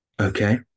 okay